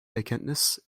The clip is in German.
erkenntnis